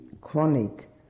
chronic